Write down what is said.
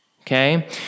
Okay